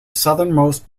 southernmost